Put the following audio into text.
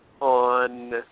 on